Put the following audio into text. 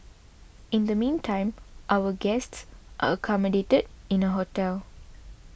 in the meantime our guests accommodated in a hotel